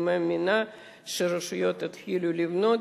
אני מאמינה שהרשויות יתחילו לבנות.